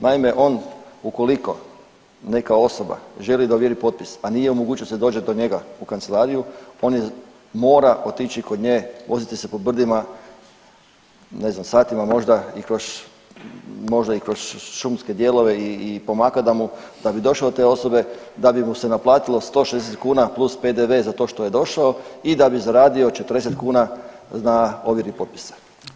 Naime on ukoliko neka osoba želi da ovjeri potpis, a nije u mogućnosti da dođe do njega u kancelariju on mora otići kod nje, voziti se po brdima, ne znam satima možda i kroz, možda i kroz šumske dijelove i po makadamu da bi došao do te osobe da bi mu se naplatilo 160 kuna + PDV za to što je došao i da bi zaradio 40 kuna na ovjeri potpisa.